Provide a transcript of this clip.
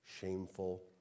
shameful